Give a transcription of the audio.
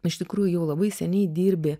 iš tikrųjų jau labai seniai dirbi